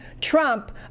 Trump